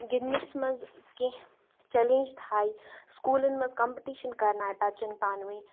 گِندنَس مَنٛز کیٚنٛہہ چَلینج تھایہِ سکوٗلَن منٛز کَمپِٹِشَن کَرنایہِ بَچن پانہٕ ؤنۍ